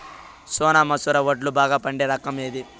సోనా మసూర వడ్లు బాగా పండే రకం ఏది